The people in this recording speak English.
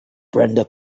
brenda